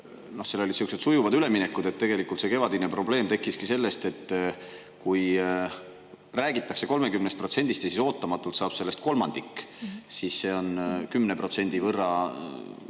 noh, et seal olid sihukesed sujuvad üleminekud. Tegelikult see kevadine probleem tekkiski sellest, et kui räägitakse 30%-st ja siis ootamatult saab sellest kolmandik, siis see on piirangute